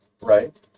Right